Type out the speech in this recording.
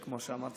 כמו שאמרתי,